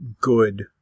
good